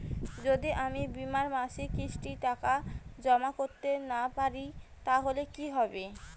যদি আমি বীমার মাসিক কিস্তির টাকা জমা করতে না পারি তাহলে কি হবে?